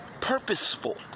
purposeful